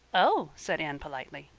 oh! said anne politely.